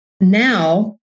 now